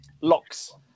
Locks